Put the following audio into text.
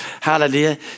Hallelujah